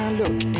look